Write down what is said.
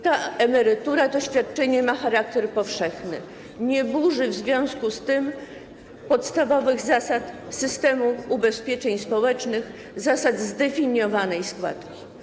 Ta emerytura, to świadczenie ma charakter powszechny, nie burzy w związku z tym podstawowych zasad systemu ubezpieczeń społecznych, zasad zdefiniowanej składki.